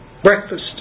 Breakfast